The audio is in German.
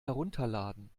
herunterladen